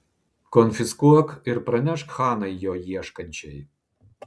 konfiskuok ir pranešk hanai jo ieškančiai